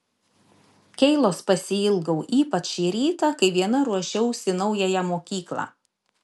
keilos pasiilgau ypač šį rytą kai viena ruošiausi į naująją mokyklą